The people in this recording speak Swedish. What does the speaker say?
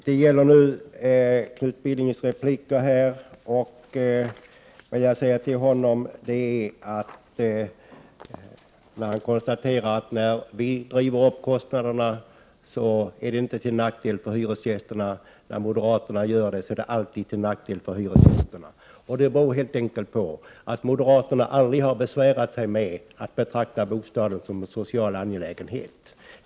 Herr talman! Knut Billing konstaterar att när vi driver upp kostnaderna är det inte till nackdel för hyresgästerna, men när moderaterna gör det är det alltid till hyresgästernas nackdel. Det beror helt enkelt på att moderaterna aldrig har besvärat sig med att betrakta bostaden som en social angelägenhet.